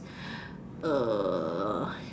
err